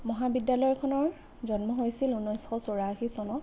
মহাবিদ্যালয়খনৰ জন্ম হৈছিল ঊনৈছশ চৌৰাশী চনত